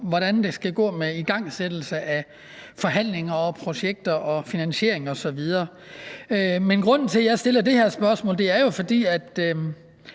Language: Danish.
hvordan det skal gå med igangsættelse af forhandlinger og projekter og finansiering osv. Grunden til, at jeg stiller det her spørgsmål, er, at